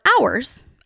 hours